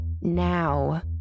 now